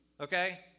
Okay